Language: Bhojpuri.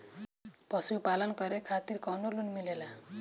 पशु पालन करे खातिर काउनो लोन मिलेला?